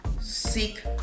seek